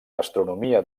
gastronomia